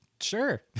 sure